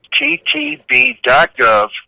ttb.gov